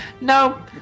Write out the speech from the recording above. no